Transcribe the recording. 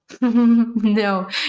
no